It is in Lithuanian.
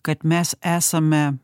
kad mes esame